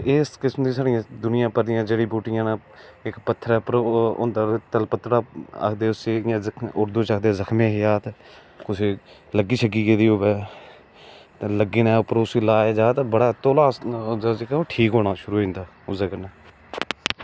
एह् इस किस्म दियां दूनियाभर दियां जड़ी बुट्टियां न इक्क पत्थरै पर होंदा कीते दा होर किश आखदे उसी जख्म ए हयात कुसै गी लग्गी गेदी होऐ ते लग्गने पर अगर उसी लाया जा ते बड़ा तौला उसी लग्गना शुरू होई जंदा उसदे कन्नै